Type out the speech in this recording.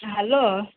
hello